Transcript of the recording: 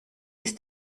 ist